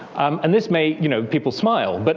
and this made you know people smile. but,